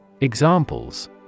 Examples